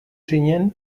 zinen